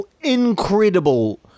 incredible